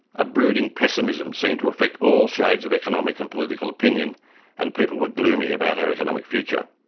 a brooding pessimism seemed to affect all shades of economic and political opinion and people were gloomy about our economic future.